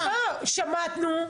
שמענו.